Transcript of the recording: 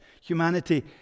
humanity